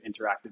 interactive